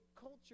culture